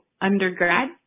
undergrad